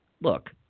look